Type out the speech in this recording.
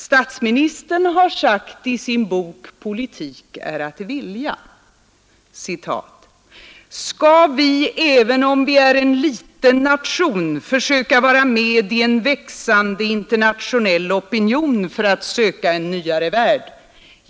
Statsministern har sagt i sin bok ”Politik är att vilja”: ”Skall vi även om vi är en liten nation försöka vara med i en växande internationell opinion för att söka en nyare värld?